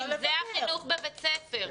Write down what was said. זה החינוך בבית הספר.